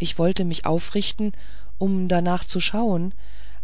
ich wollte mich aufrichten um darnach zu schauen